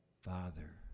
Father